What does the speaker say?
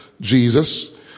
Jesus